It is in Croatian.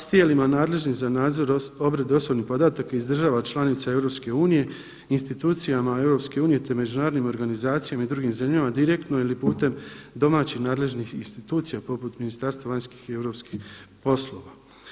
S tijelima nadležnim za nadzor obrade osobnih podataka iz država članica Europske unije, institucijama Europske unije te međunarodnim organizacijama i drugim zemljama direktno ili putem domaćih nadležnih institucija poput Ministarstva vanjskih i europskih poslova.